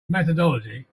methodology